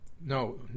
no